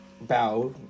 bow